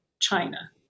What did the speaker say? China